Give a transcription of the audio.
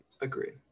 agreed